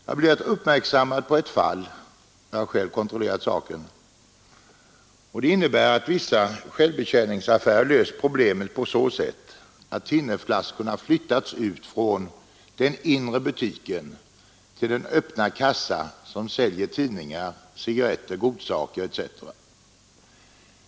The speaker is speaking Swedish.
Jag har blivit uppmärksamgjord på och jag har själv kontrollerat saken — att vissa självbetjäningsaffärer löst problemet på så sätt att thinnerflaskorna har flyttats från den inre butiken till den öppna kassa som säljer tidningar, cigarretter, godsaker etc.